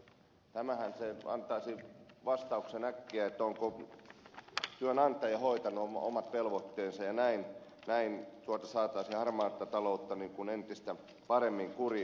tämähän antaisi äkkiä vastauksen siihen onko työnantaja hoitanut omat velvoitteensa ja näin saataisiin harmaata taloutta entistä paremmin kuriin